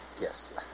Yes